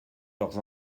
leurs